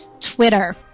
Twitter